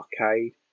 arcade